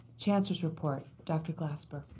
chancellor's report, dr. glasper.